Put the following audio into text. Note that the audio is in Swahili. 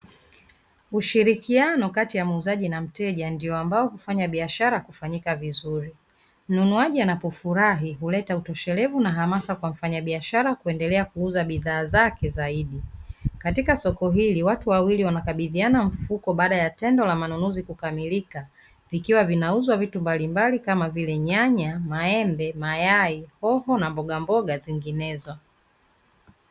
Ushirikiano kati ya muuzaji na mteja ndio hufanya bishara kufanyika vizuri. Mnunuaji anapofurahi huleta utoshelevu na hamasa kwa mfanyabiashara kuendelea kuuza bidhaa zake zaidi. Katika soko hili watu wawili wanakabidhiana mfuko baada tendo la manunuzi kukamilika. Vikiwa vinauzwa vitu mbalimbali kama vile:- nyanya, maembe, mayai, hoho na mbogamboga zinginezo.